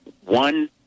one